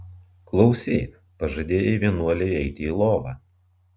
klausyk pažadėjai vienuolei eiti į lovą